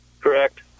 Correct